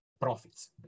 profits